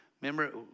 remember